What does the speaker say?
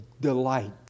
delight